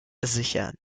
sichern